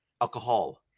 Alcohol